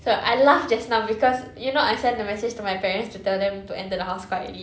sorry I laughed just now because you know I sent the message to my parents to tell them to enter the house quietly